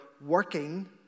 working